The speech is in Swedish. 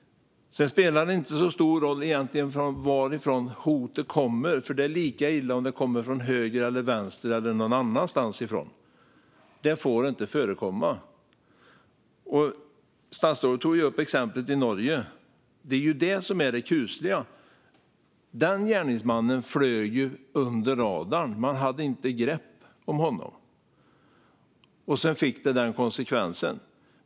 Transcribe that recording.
Det spelar egentligen inte så stor roll varifrån hoten kommer. Det är lika illa oavsett om de kommer från höger, vänster eller någon annanstans. Det får inte förekomma. Statsrådet tog upp exemplet från Norge. Det är det som är det kusliga. Gärningsmannen flög ju under radarn. Man hade inte grepp om honom. Sedan fick det den här konsekvensen.